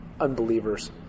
unbelievers